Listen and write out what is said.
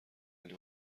ولی